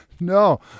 No